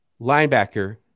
linebacker